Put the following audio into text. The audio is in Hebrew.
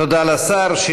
תודה לשר.